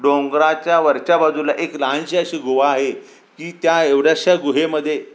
डोंगराच्या वरच्या बाजूला एक लहानशी अशी गुहा आहे की त्या एवढ्याशा गुहेमध्ये